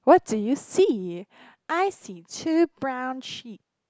what do you see I see two brown sheep